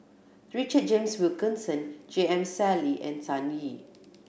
Richard James Wilkinson J M Sali and Sun Yee